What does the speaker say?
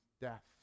death